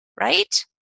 right